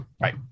Right